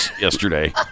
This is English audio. yesterday